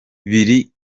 biri